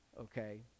okay